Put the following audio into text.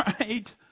right